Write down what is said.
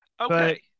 Okay